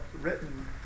written